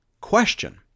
question